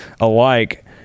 alike